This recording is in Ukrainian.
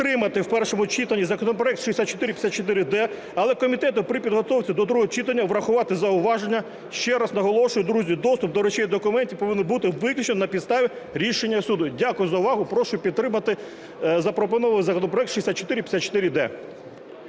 підтримати в першому читанні законопроект 6454-д, але комітету при підготовці до другого читання врахувати зауваження. Ще раз наголошую, друзі, доступ до речей і документів повинен бути виключно на підставі рішення суду. Дякую за увагу. Прошу підтримати запропонований законопроект 6454-д.